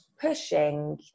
pushing